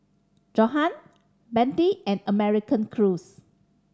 Johan Bentley and American Crew